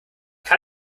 kann